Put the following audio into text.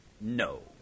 No